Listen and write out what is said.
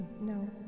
No